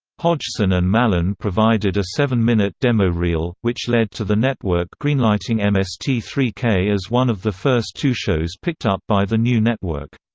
hodgson and mallon provided a seven-minute demo reel, which led to the network greenlighting m s t three k as one of the first two shows picked up by the new network.